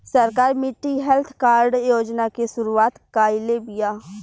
सरकार मिट्टी health card योजना के शुरूआत काइले बिआ